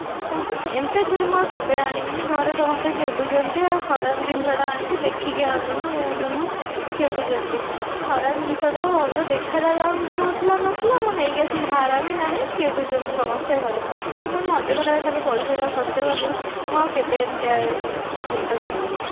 ହେଃ ଏମିତିକା ଛୁରୀ ମୁଁ ଆଉ କେବେ ଆଣିବିନି ଘରେ ସମସ୍ତେ ଚିଡ଼ୁଛନ୍ତି ଆଉ ଖରାପ ଜିନିଷ ଟା ଆଣିଛୁ ଦେଖିକି ଆଣିଲୁନି ଏ ହେଲୁନୁ ଚିଡୁଛନ୍ତି ଖରାପ ଜିନିଷ ଟା ଭଲ ଦେଖା ଯାଉ ତ ନଥିଲା ନଥିଲା ମୁଁ ନେଇକି ଆସିଲି ଧାର ବି ନାହିଁ ଚିଡୁଛନ୍ତି ସମସ୍ତେ ଘରେ ମୁଁ ଅଯଥାରେ ଖାଲି ପଇସା ଯାହା ଖର୍ଚ୍ଚ କଲି ମୁଁ ଆଉ କେବେ ଏମିତିଆ ଜିନିଷ କିଣିବିନି